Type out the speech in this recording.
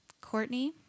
Courtney